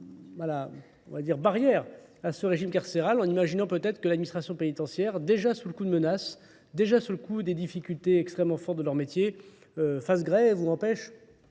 on va dire, barrière à ce régime carcéral en imaginant peut-être que l'administration pénitentiaire, déjà sous le coup de menace, déjà sous le coup des difficultés extrêmement fortes de leur métier, fasse grève ou empêche